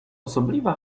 osobliwa